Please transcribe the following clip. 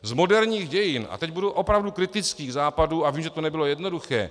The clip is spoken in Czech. Z moderních dějin a teď budu opravdu kritický k Západu a vím, že to nebylo jednoduché.